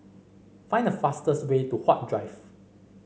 find the fastest way to Huat Drive